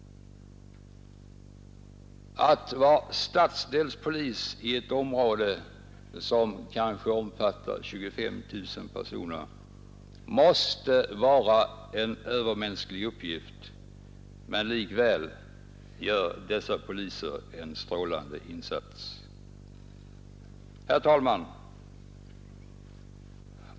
Att vara stadsdelspolis i ett område som kanske omfattar 25 000 personer måste vara en övermänsklig uppgift, men likväl gör dessa poliser strålande insatser. Herr talman!